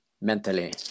mentally